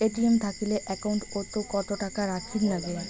ATM থাকিলে account ওত কত টাকা রাখীর নাগে?